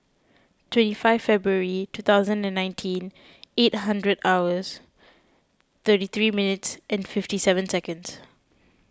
twenty five February two thousand and nineteen eight hundred hours thirty three minutes and fifty seven seconds